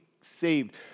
saved